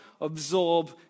absorb